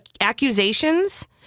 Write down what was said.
accusations